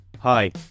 Hi